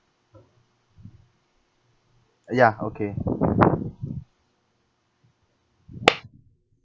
uh ya okay